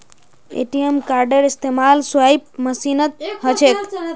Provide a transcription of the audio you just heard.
ATM कार्डेर इस्तमाल swipe मशीनत ह छेक